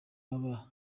baba